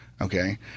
Okay